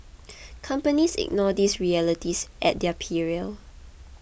companies ignore these realities at their peril